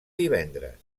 divendres